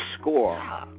score